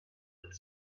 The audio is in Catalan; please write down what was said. tot